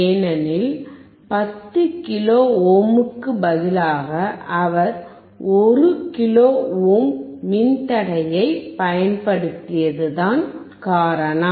ஏனெனில் 10 கிலோ ஓமுக்கு பதிலாக அவர் ஒரு கிலோ ஓம் மின்தடையத்தைப் பயன்படுத்தியது தான் காரணம்